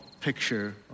picture